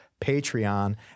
Patreon